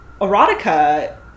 erotica